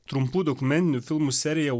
trumpų dokumentinių filmų seriją